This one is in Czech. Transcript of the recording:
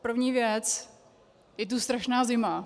První věc: Je tu strašná zima.